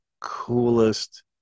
coolest